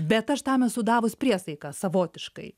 bet aš tam esu davus priesaiką savotiškai